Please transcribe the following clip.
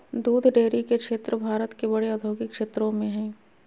दूध डेरी के क्षेत्र भारत के बड़े औद्योगिक क्षेत्रों में हइ